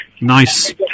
Nice